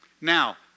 Now